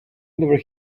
never